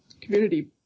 community